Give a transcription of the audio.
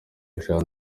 jean